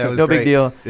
um no big deal.